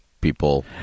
people